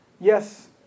Yes